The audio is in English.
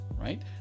right